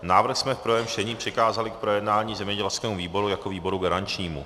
Návrh jsme v prvém čtení přikázali k projednání zemědělskému výboru jako výboru garančnímu.